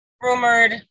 rumored